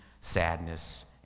sadness